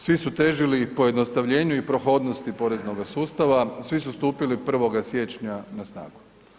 Svi su težili pojednostavljenju i prohodnosti poreznoga sustava, svi su stupili 1. siječnja na snagu.